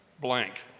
blank